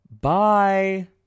bye